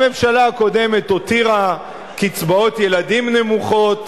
הממשלה הקודמת הותירה קצבאות ילדים נמוכות,